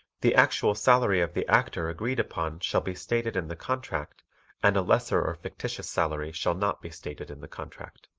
the actual salary of the actor agreed upon shall be stated in the contract and a lesser or fictitious salary shall not be stated in the contract.